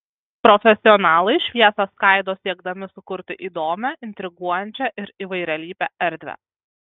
profesionalai šviesą skaido siekdami sukurti įdomią intriguojančią ir įvairialypę erdvę